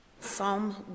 Psalm